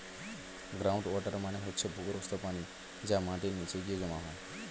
ground water মানে হচ্ছে ভূগর্ভস্থ পানি যা মাটির নিচে গিয়ে জমা হয়